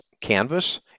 canvas